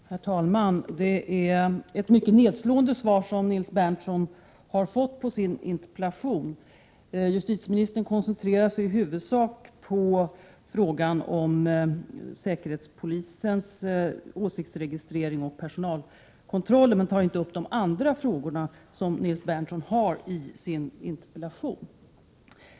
Herr talman! Det är ett mycket nedslående svar som Nils Berndtson har fått på sin interpellation. Justitieministern koncentrerar sig i huvudsak på frågan om säkerhetspolisens åsiktsregistrering och personalkontroll. Justitieministern tar inte upp de andra frågor som Nils Berndtson ställt i sin interpellation.